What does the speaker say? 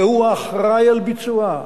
והוא האחראי לביצועה,